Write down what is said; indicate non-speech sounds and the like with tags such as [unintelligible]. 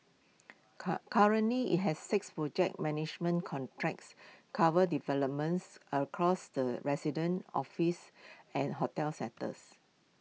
[unintelligible] currently IT has six project management contracts covering developments across the resident office and hotel sectors